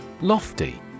Lofty